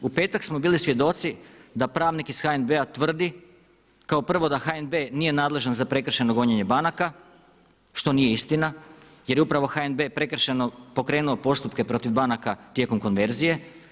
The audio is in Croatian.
U petak smo bili svjedoci da pravnik iz HNB-a tvrdi kao prvo da HNB nije nadležan za prekršajno gonjenje banaka što nije istina, jer je upravo HNB prekršajno pokrenuo postupke protiv banaka tijekom konverzije.